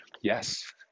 Yes